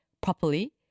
properly